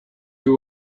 you